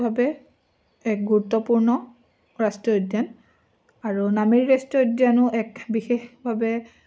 ভাৱে এক গুৰুত্বপূৰ্ণ ৰাষ্ট্ৰীয় উদ্যান আৰু নামেৰি ৰাষ্ট্ৰীয় উদ্যানো এক বিশেষভাৱে